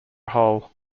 hole